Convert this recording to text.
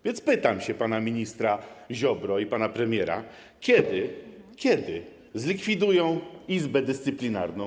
Więc pytam pana ministra Ziobry i pana premiera: Kiedy zlikwidują Izbę Dyscyplinarną?